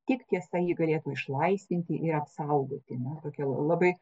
tik tiesa jį galėtų išlaisvinti ir apsaugoti na tokia labai